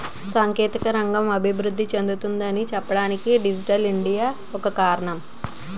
సాంకేతిక రంగం అభివృద్ధి చెందుతుంది అని చెప్పడానికి డిజిటల్ ఇండియా ఒక కారణం